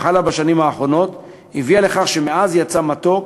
שחלו בשנים האחרונות הביאו לכך שמעז יצא מתוק.